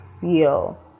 feel